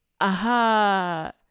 aha